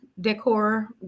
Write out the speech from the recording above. decor